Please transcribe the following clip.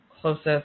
closest